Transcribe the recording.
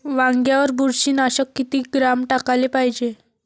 वांग्यावर बुरशी नाशक किती ग्राम टाकाले पायजे?